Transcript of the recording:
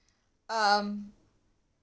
um